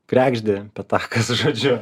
kregždė pitakas žodžiu